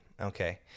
Okay